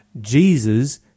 Jesus